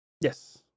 Yes